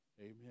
Amen